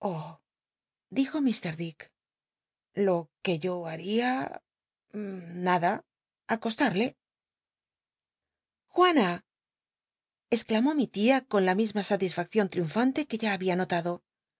dijo mr dick lo c nc yoharia nada acostarle juana exclamó mi tia con la misma satisfaccion tliunfante que ya había notado